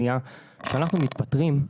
כשאנחנו מתפטרים,